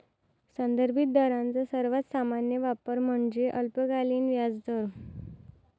संदर्भित दरांचा सर्वात सामान्य वापर म्हणजे अल्पकालीन व्याजदर